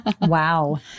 Wow